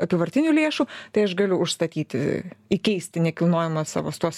apyvartinių lėšų tai aš galiu užstatyti įkeisti nekilnojamą savo s tuos